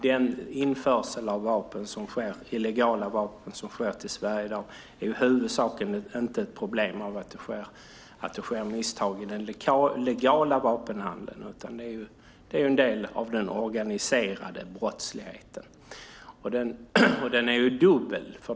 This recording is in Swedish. Den illegala införseln av vapen till Sverige i dag är i huvudsak inte ett problem på grund av att det sker misstag i den legala vapenhandeln, utan den är en del av den organiserade brottsligheten.